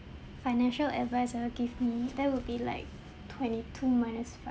financial adviser gave me there will be like twenty-two minus